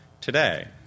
today